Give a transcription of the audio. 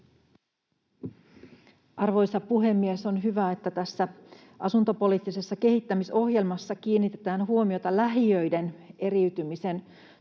Arvoisa puhemies! On hyvä, että tässä asuntopoliittisessa kehittämisohjelmassa kiinnitetään huomiota lähiöiden eriytymisen torjuntaan.